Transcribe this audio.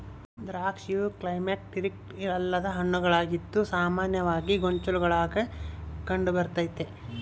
ದ್ರಾಕ್ಷಿಯು ಕ್ಲೈಮ್ಯಾಕ್ಟೀರಿಕ್ ಅಲ್ಲದ ಹಣ್ಣುಗಳಾಗಿದ್ದು ಸಾಮಾನ್ಯವಾಗಿ ಗೊಂಚಲುಗುಳಾಗ ಕಂಡುಬರ್ತತೆ